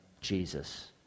Jesus